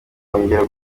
kongera